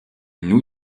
new